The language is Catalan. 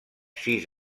sis